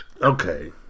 okay